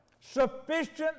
Sufficient